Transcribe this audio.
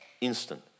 instant